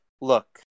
look